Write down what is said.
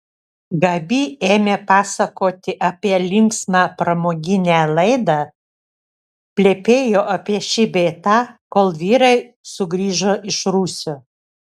gabi ėmė pasakoti apie linksmą pramoginę laidą plepėjo apie šį bei tą kol vyrai sugrįžo iš rūsio